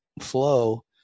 flow